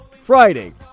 Friday